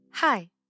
Hi